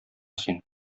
син